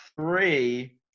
three